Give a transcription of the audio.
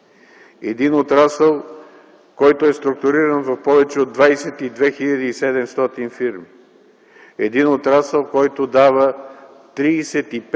един отрасъл, който е структуриран в повече от 22 хил. 700 фирми, един отрасъл, който дава 35 млрд.